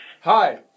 Hi